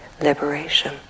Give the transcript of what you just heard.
liberation